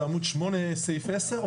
זה עמוד 8 סעיף 10?